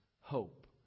hope